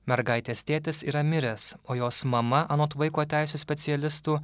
mergaitės tėtis yra miręs o jos mama anot vaiko teisių specialistų